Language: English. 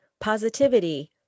positivity